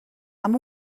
amb